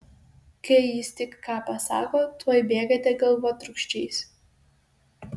kai jis tik ką pasako tuoj bėgate galvotrūkčiais